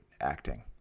acting